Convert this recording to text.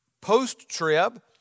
post-trib